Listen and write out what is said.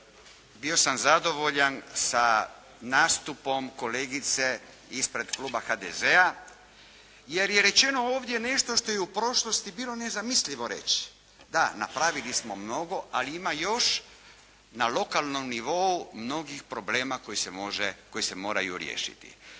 bio sam zadovoljan sa nastupom kolegice ispred kluba HDZ-a jer je rečeno ovdje nešto što je i u prošlosti bilo nezamislivo reći. Da napravili smo mnogo, ali ima još na lokalnom nivou mnogih problema koji se moraju riješiti.